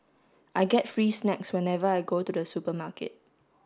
I get free snacks whenever I go to the supermarket